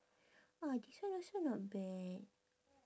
!wah! this one also not bad